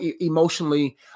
emotionally